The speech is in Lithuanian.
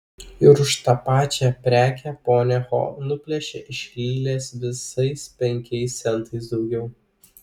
ir už tą pačią prekę ponia ho nuplėšė iš lilės visais penkiais centais daugiau